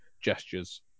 gestures